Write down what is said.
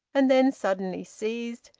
and then suddenly ceased,